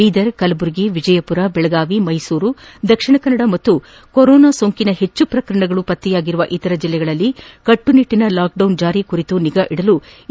ಬೀದರ್ ಕಲಬುರಗಿ ವಿಜಯಮರ ಬೆಳಗಾವಿ ಮೈಸೂರು ದಕ್ಷಿಣ ಕನ್ನಡ ಮತ್ತು ಕೊರೊನಾ ಸೋಂಕಿನ ಹೆಚ್ಚು ಪ್ರಕರಣಗಳು ಪತ್ತೆಯಾಗಿರುವ ಇತರ ಜಿಲ್ಲೆಗಳಲ್ಲಿ ಕಟ್ಟುನಿಟ್ಟಿನ ಲಾಕ್ಡೌನ್ ಜಾರಿ ಕುರಿತು ನಿಗಾ ಇಡಲು ಎ